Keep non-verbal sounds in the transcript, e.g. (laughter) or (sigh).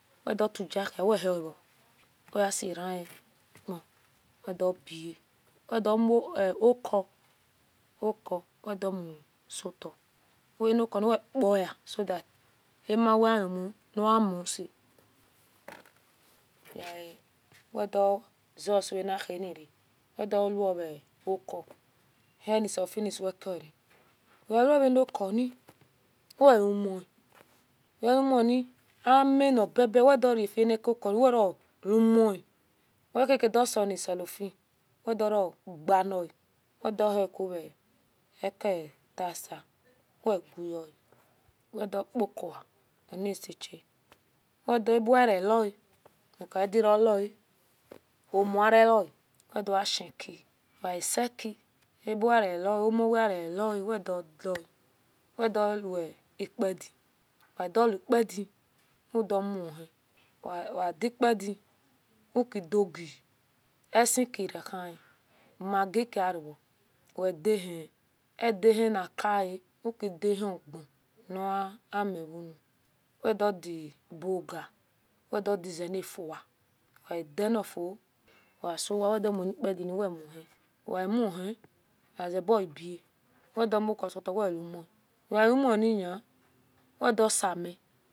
Weduo twga huaweheo weasirenpoa doba (hesitation) wedomuku oku wedomusita anokuni we paya ama wiumu noamuse (hesitation) wedu zesivanihenra wedu wooku henisepicowekora weweyen okuni weumoni wewnoni aminibebe wedoranakukon werouman wekekedo silekelofi wedono gania (hesitation) weduh aekitasi wegoe wedokokua onisiena abuweherelale ukdiroloa omuo aro we doasheki wesieki ebuwehirao oumu owehorale wedio (hesitation) wedipadi wedoupadi udomuhi udipadi ukidogi esikerahn maggi keareo edanien edanienakae wadahiengon namiun wedida boga wedoi zlafua wedilofu wereuwe wediomuni padino wemuhi weimuni oba we domokusota wedumi weumumi wedosimi